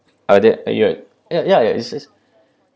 are there uh you ya ya ya is is